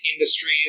Industries